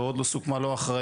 ועוד לא סוכמה לא האחריות,